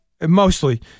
mostly